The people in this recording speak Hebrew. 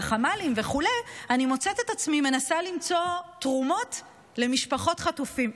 לחמ"לים וכו' אני מוצאת את עצמי מנסה למצוא תרומות למשפחות חטופים.